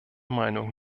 meinung